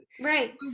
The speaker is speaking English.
Right